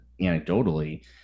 anecdotally